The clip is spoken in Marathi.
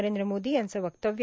नरेंद्र मोदी यांनी वक्तव्य